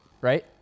right